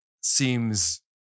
seems